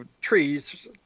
trees